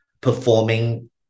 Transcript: performing